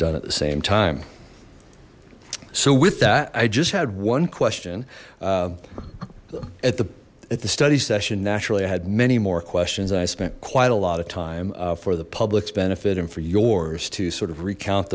done at the same time so with that i just had one question at the at the study session naturally i had many more questions i spent quite a lot of time for the public's benefit and for yours to sort of recount